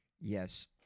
Yes